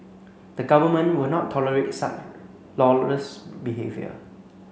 the Government will not tolerate such lawless behaviour